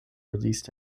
released